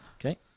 Okay